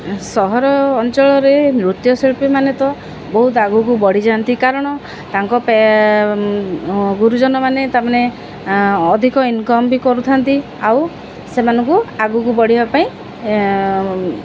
ସହର ଅଞ୍ଚଳରେ ନୃତ୍ୟଶିଳ୍ପୀମାନେ ତ ବହୁତ ଆଗକୁ ବଢ଼ିଯାଆନ୍ତି କାରଣ ତାଙ୍କ ଗୁରୁଜନମାନେ ତାମାନେ ଅଧିକ ଇନକମ୍ ବି କରୁଥାନ୍ତି ଆଉ ସେମାନଙ୍କୁ ଆଗକୁ ବଢ଼ିବା ପାଇଁ